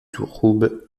trouble